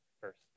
first